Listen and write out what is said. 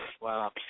Wow